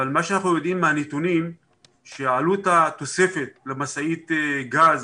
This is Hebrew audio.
אבל מה שאנחנו יודעים מהנתונים שעלות התוספת למשאית גז